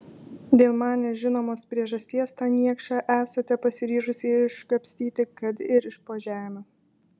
dėl man nežinomos priežasties tą niekšą esate pasiryžusi iškapstyti kad ir iš po žemių